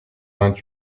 vingt